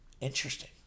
Interesting